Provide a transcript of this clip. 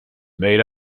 made